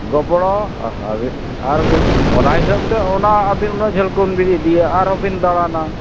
ᱜᱚᱯᱚᱲᱚ ᱚᱱᱟ ᱦᱤᱥᱟᱹᱵᱽᱛᱮ ᱚᱱᱟ ᱟᱵᱤᱱ ᱩᱱᱟᱹᱜ ᱡᱷᱟᱹᱞ ᱠᱷᱚᱱᱵᱤᱱ ᱤᱫᱤᱭᱟ ᱟᱨᱦᱚᱸᱵᱤᱱ ᱫᱟᱬᱟᱱᱟ